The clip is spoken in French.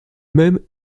même